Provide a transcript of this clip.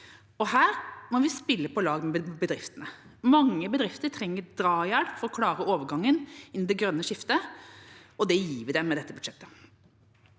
og her må vi spille på lag med bedriftene. Mange bedrifter trenger drahjelp for å klare overgangen inn i det grønne skiftet, og det gir vi dem med dette budsjettet.